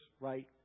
right